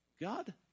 God